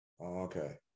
Okay